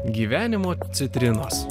gyvenimo citrinos